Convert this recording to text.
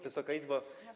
Wysoka Izbo!